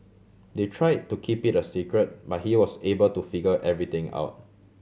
they try to keep it a secret but he was able to figure everything out